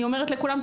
אני אומרת לכולם,